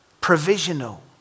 provisional